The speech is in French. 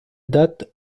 date